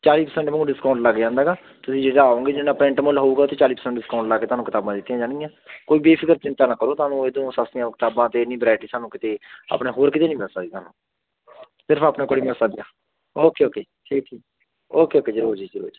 ਚਾਲੀ percent discount ਲੱਗ ਜਾਂਦਾ ਹੈਗਾ ਤੁਸੀਂ ਜੇ ਆਓਗੇ ਜਿੰਨਾ ਪ੍ਰਿੰਟ ਮੁੱਲ ਹੋਊਗਾ ਉਹ 'ਤੇ ਚਾਲੀ ਪਰਸੈਂਟ ਡਿਸਕਾਊਂਟ ਲਾ ਕੇ ਤੁਹਾਨੂੰ ਕਿਤਾਬਾਂ ਦਿੱਤੀਆਂ ਜਾਣਗੀਆਂ ਕੋਈ ਚਿੰਤਾ ਨਾ ਕਰੋ ਤੁਹਾਨੂੰ ਇਹ ਤੋਂ ਸਸਤੀਆਂ ਕਿਤਾਬਾਂ ਅਤੇ ਇੰਨੀ ਵਰਾਇਟੀ ਤੁਹਾਨੂੰ ਕਿਤੇ ਆਪਣੇ ਹੋਰ ਕਿਤੇ ਨਹੀਂ ਮਿਲ ਸਕਦੀ ਤੁਹਾਨੂੰ ਸਿਰਫ ਆਪਣੇ ਕੋਲ ਹੀ ਮਿਲ ਸਕਦੀ ਆ ਓਕੇ ਓਕੇ ਜੀ ਠੀਕ ਠੀਕ ਓਕੇ ਓਕੇ ਜ਼ਰੂਰ ਜੀ ਜ਼ਰੂਰ ਜੀ